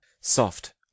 soft